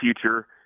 future